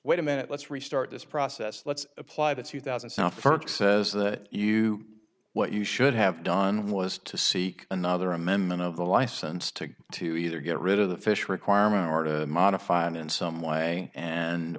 wait a minute let's restart this process let's apply the two thousand southpark says that you what you should have done was to seek another amendment of the license to to either get rid of the fish requirement our to modify it in some way and